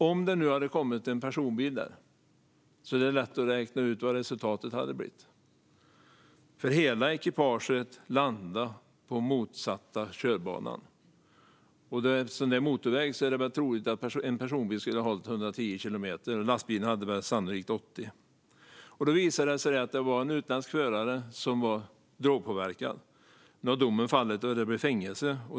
Om det hade kommit en personbil där är det lätt att räkna ut vad resultatet hade blivit. Hela ekipaget landade nämligen på den motsatta körbanan. Eftersom det är motorväg är det väl troligt att en personbil skulle ha hållit 110 kilometer i timmen, och lastbilen höll sannolikt 80. Det visade sig vara en utländsk förare som var drogpåverkad. Nu har domen fallit, och det blev fängelse.